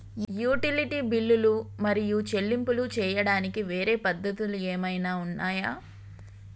Utility బిల్లులు మరియు చెల్లింపులు చేయడానికి వేరే పద్ధతులు ఏమైనా ఉన్నాయా?